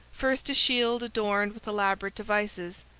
first a shield adorned with elaborate devices,